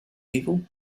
evil